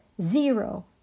zero